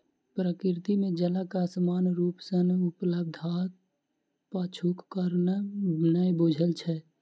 प्रकृति मे जलक असमान रूप सॅ उपलब्धताक पाछूक कारण नै बूझल छै